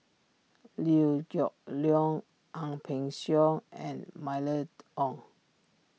Liew Geok Leong Ang Peng Siong and Mylene Ong